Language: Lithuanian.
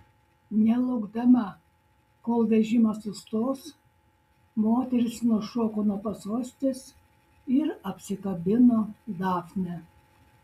nelaukdama kol vežimas sustos moteris nušoko nuo pasostės ir apsikabino dafnę